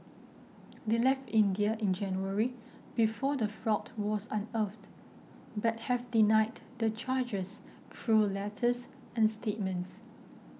they left India in January before the fraud was unearthed but have denied the charges through letters and statements